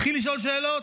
התחיל לשאול שאלות.